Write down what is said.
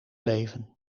leven